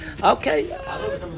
Okay